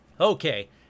Okay